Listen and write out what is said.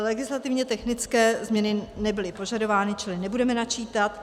Legislativně technické změny nebyly požadovány, čili nebudeme načítat.